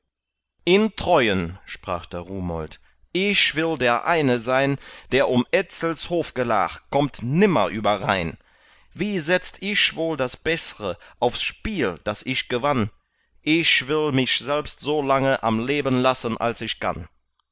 in treuen sprach da rumold ich will der eine sein der um etzels hofgelag kommt nimmer überrhein wie setzt ich wohl das beßre aufs spiel das ich gewann ich will mich selbst so lange am leben lassen als ich kann